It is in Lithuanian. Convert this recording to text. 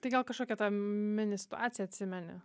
tai gal kažkokią tą mini situaciją atsimeni